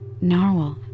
Narwhal